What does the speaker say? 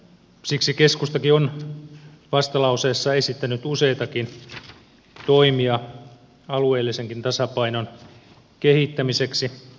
siksi keskustakin on vastalauseessa esittänyt useitakin toimia alueellisenkin tasapainon kehittämiseksi